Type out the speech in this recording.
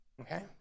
Okay